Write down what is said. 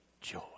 joy